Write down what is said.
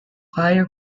higher